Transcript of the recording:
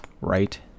right